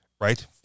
right